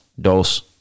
dos